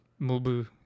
Mubu